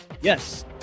yes